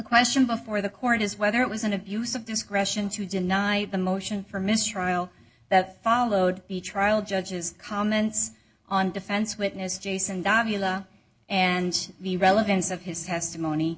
question before the court is whether it was an abuse of discretion to deny the motion for mistrial that followed the trial judge's comments on defense witness jason and the relevance of his testimony